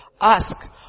Ask